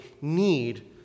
need